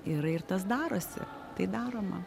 ir ir tas darosi tai daroma